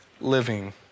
living